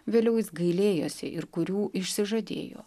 vėliau jis gailėjosi ir kurių išsižadėjo